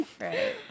Right